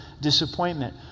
disappointment